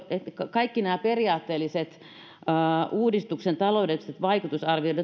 kaikki uudistuksen laajimmat periaatteelliset taloudelliset vaikutusarviot